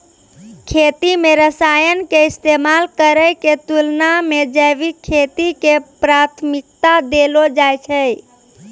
खेती मे रसायन के इस्तेमाल करै के तुलना मे जैविक खेती के प्राथमिकता देलो जाय छै